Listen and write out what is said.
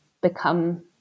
become